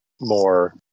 more